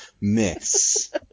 Miss